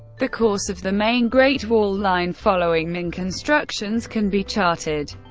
the course of the main great wall line following ming constructions can be charted.